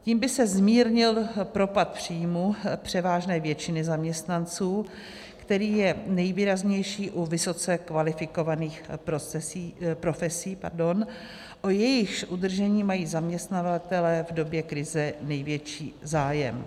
Tím by se zmírnil propad příjmu převážné většiny zaměstnanců, který je nejvýraznější u vysoce kvalifikovaných profesí, o jejichž udržení mají zaměstnavatelé v době krize největší zájem.